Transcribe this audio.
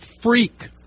freak